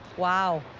wow.